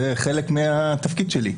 זה חלק מהתפקיד שלי.